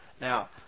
Now